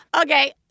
Okay